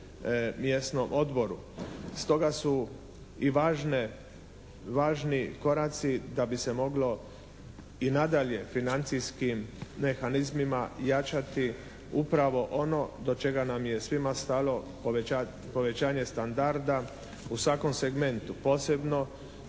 mjesnom odboru. Stoga su i važne, važni koraci da bi se moglo i nadalje financijskim mehanizmima jačati upravo ono do čega nam je svima stalo, povećanje standarda u svakom segmentu. Posebno